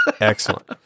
excellent